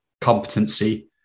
competency